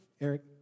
Eric